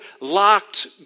locked